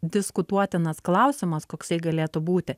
diskutuotinas klausimas koksai galėtų būti